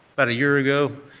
about a year ago,